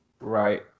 right